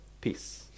peace